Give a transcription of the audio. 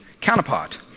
counterpart